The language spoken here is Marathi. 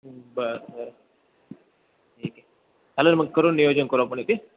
बरं बरं ठीक आहे चालेल मग करू नियोजन करू आपण ओके